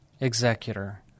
executor